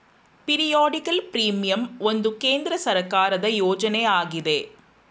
periodical premium ಒಂದು ಕೇಂದ್ರ ಸರ್ಕಾರದ ಯೋಜನೆ ಆಗಿದೆ